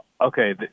okay